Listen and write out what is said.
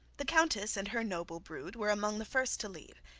the countess and her noble brood were among the first to leave,